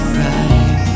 right